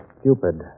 stupid